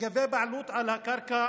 לגבי בעלות על קרקע